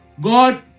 God